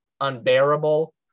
unbearable